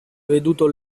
veduto